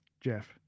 jeff